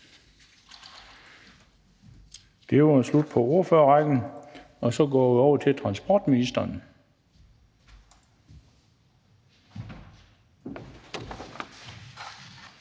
Så er det slut på ordførerrækken, og vi går over til transportministeren.